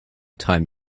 time